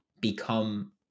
become